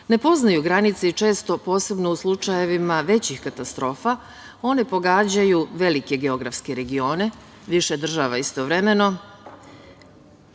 ne poznaju granice i često posebno u slučajevima većih katastrofa one pogađaju velike geografske regione, više država istovremeno,